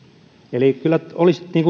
eli kyllä olisi